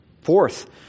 Fourth